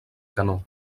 canó